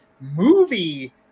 movie